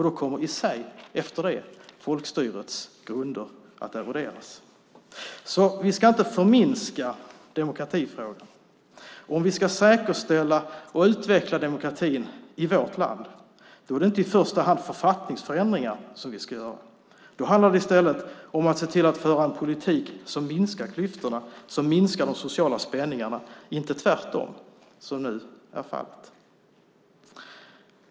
Då kommer folkstyrets grunder att eroderas. Vi ska inte förminska demokratifrågan. Ska vi säkerställa och utveckla demokratin i vårt land är det inte i första hand författningsförändringar vi ska göra. Då handlar det i stället om att föra en politik som minskar klyftorna och de sociala spänningarna - inte tvärtom som nu är fallet.